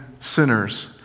sinners